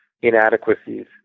inadequacies